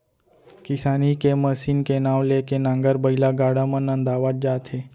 किसानी के मसीन के नांव ले के नांगर, बइला, गाड़ा मन नंदावत जात हे